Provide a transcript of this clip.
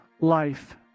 life